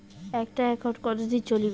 একটা একাউন্ট কতদিন চলিবে?